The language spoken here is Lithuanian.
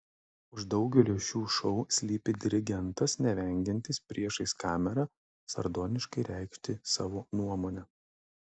už daugelio šių šou slypi dirigentas nevengiantis priešais kamerą sardoniškai reikšti savo nuomonę